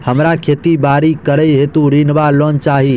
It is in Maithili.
हमरा खेती बाड़ी करै हेतु ऋण वा लोन चाहि?